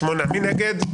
מי נגד?